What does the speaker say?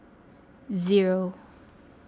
zero